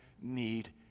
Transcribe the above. need